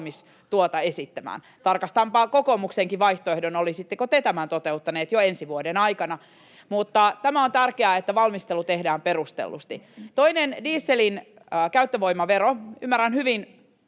valmis tuota esittämään. Tarkastanpa kokoomuksenkin vaihtoehdon, olisitteko te tämän toteuttaneet jo ensi vuoden aikana. Mutta tämä on tärkeää, että valmistelu tehdään perustellusti. Toinen: dieselin käyttövoimavero. Ymmärrän hyvin,